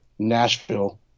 Nashville